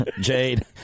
Jade